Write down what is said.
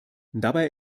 dabei